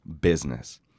business